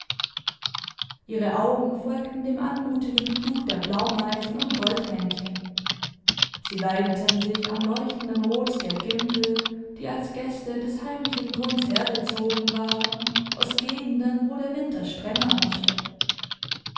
ihre augen folgten dem anmutigen flug der blaumeisen und goldhähnchen sie weideten sich am leuchtenden rot der gimpel die als gäste des heimlichen grunds hergezogen waren aus gegenden wo der winter strenger herrschte